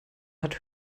hat